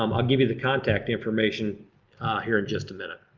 um i'll give you the contact information here in just a minute.